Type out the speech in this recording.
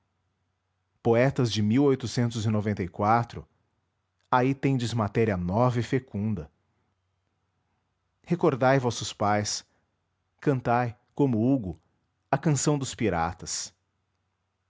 e as de aí tendes matéria nova e fecunda recordai vossos pais cantai como hugo a canção dos piratas